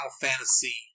Fantasy